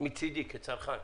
מצדי כצרכן,